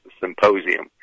Symposium